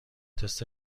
تست